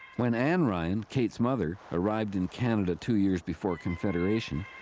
when ann ryan, kate's mother arrived in canada two years before confederation,